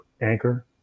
Anchor